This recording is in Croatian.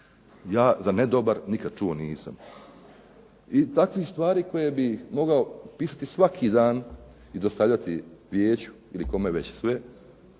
Ja za nedobar nikad nisam čuo. I takvih stvari koje bih mogao pisati svaki dan i dostavljati vijeću ili kome već sve,